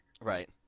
Right